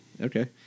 Okay